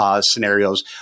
scenarios